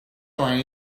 line